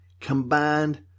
combined